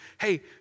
Hey